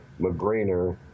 McGrainer